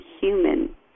human